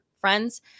friends